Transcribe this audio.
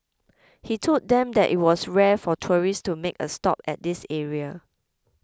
he told them that it was rare for tourists to make a stop at this area